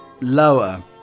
lower